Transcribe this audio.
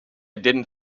didn’t